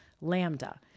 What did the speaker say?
Lambda